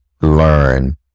learn